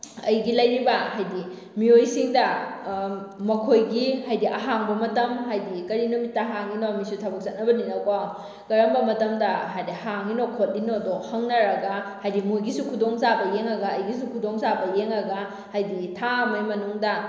ꯑꯩꯒꯤ ꯂꯩꯔꯤꯕ ꯍꯥꯏꯗꯤ ꯃꯤꯑꯣꯏꯁꯤꯡꯗ ꯃꯈꯣꯏꯒꯤ ꯍꯥꯏꯗꯤ ꯑꯍꯥꯡꯕ ꯃꯇꯝ ꯍꯥꯏꯗꯤ ꯀꯔꯤ ꯅꯨꯃꯤꯠꯇ ꯍꯥꯡꯉꯤꯅꯣ ꯃꯤꯁꯨ ꯊꯕꯛ ꯆꯠꯅꯕꯅꯤꯅꯀꯣ ꯀꯔꯝꯕ ꯃꯇꯝꯗ ꯍꯥꯏꯗꯤ ꯍꯥꯡꯉꯤꯅꯣ ꯈꯣꯠꯂꯤꯅꯣꯗꯣ ꯍꯪꯅꯔꯒ ꯍꯥꯏꯗꯤ ꯃꯣꯏꯒꯤꯁꯨ ꯈꯨꯗꯣꯡꯆꯥꯕ ꯌꯦꯡꯉꯒ ꯑꯩꯒꯤꯁꯨ ꯈꯨꯗꯣꯡꯆꯥꯕ ꯌꯦꯡꯉꯒ ꯍꯥꯏꯗꯤ ꯊꯥ ꯑꯃꯒꯤ ꯃꯅꯨꯡꯗ